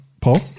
Paul